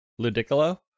Ludicolo